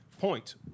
Point